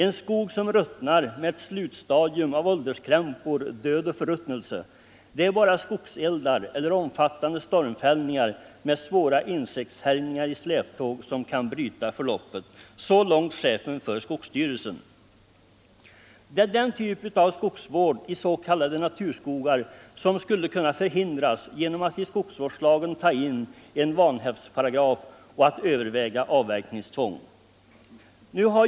En skog som ruttnar med ett slutstadium av ålderskrämpor, död och förruttnelse. Det är bara skogseldar eller omfattande stormfällningar, med svåra insektshärjningar i släptåg, som kan bryta förloppet.” Det är den typ av skogsvård i s.k. naturskogar som man skulle kunna förhindra genom att i skogsvårdslagen ta en vanhävdsparagraf och genom att överväga avverkningstvång.